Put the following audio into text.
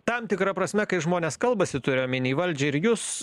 tam tikra prasme kai žmonės kalbasi turiu omeny valdžią ir jus